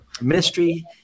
ministry